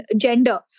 gender